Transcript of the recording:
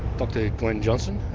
dr glen johnstone,